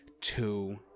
two